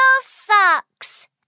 socks